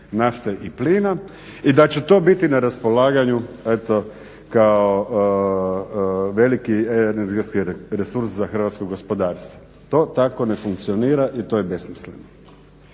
nafte i plina i da će to biti na raspolaganju, eto kao veliki energetski resurs za hrvatsko gospodarstvo. To tako ne funkcionira i to je besmisleno.